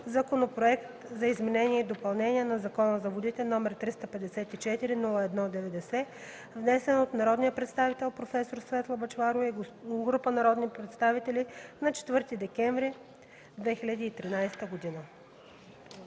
Законопроект за изменение и допълнение на Закона за водите, № 354-01-90, внесен от народния представител проф. Светла Бъчварова и група народни представители на 4 декември 2013 г.”